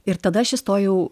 ir tada aš įstojau